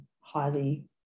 highly